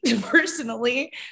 personally